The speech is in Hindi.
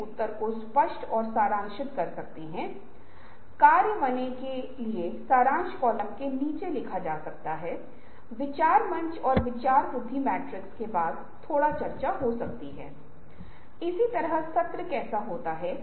आप देखते हैं कि आप अगले नए रिश्तों के साथ आते हैं ऐसे लिंकेज की नई संभावनाएँ जिनका आप उपयोग कर सकते हैं और कक्षा में छात्रों की संख्या कम हो सकती है कक्षाएं बढ़िया हो सकती हैं कक्षाएं एक अधिक प्रलोभन है कक्षाओं को राहत देने के लिए एक प्रलोभन हो सकता है